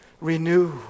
renew